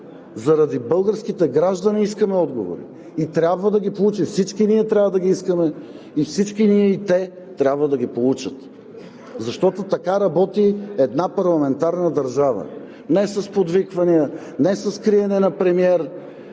заради българските граждани искаме отговори и трябва да ги получим. Всички ние трябва да ги искаме и всички ние, и те, трябва да ги получат, защото така работи една парламентарна държава. Не с подвиквания, не с криене на премиера